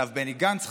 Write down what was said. עליו בני גנץ חתום,